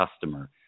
customer